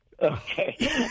Okay